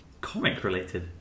comic-related